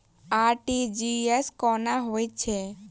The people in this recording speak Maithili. आर.टी.जी.एस कोना होइत छै?